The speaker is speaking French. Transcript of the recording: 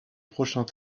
prochains